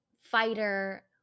fighter